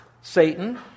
Satan